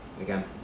again